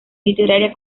literaria